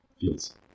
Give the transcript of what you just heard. fields